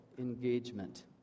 engagement